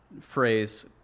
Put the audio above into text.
phrase